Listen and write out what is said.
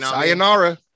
Sayonara